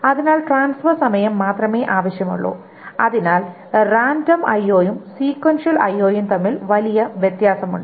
അതിനാൽ ട്രാൻസ്ഫർ സമയം മാത്രമേ ആവശ്യമുള്ളൂ അതിനാൽ റാൻഡം IO Random IO ഉം സീകൻഷ്യൽ IO Sequential IO ഉം തമ്മിൽ വലിയ വ്യത്യാസമുണ്ട്